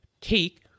take